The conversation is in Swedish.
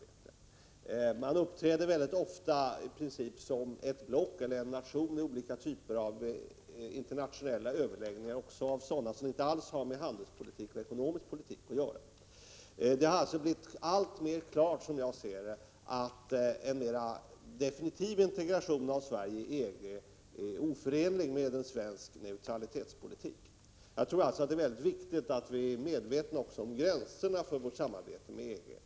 EG-länderna uppträder ofta som ett block eller en nation i olika typer av internationella överläggningar, också i sådana som inte alls har med handelspolitik eller ekonomisk politik att göra. Det har alltså, som jag ser det, blivit alltmer klart att en mer definitiv integration av Sverige i EG är oförenlig med svensk neutralitetspolitik. Jag tror det är viktigt att vi är medvetna också om gränserna för vårt samarbete med EG.